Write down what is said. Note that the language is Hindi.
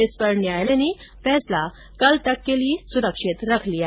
इस पर न्यायालय ने फैसला कल तक के लिये सुरक्षित रख लिया